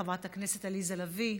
חברת הכנסת עליזה לביא,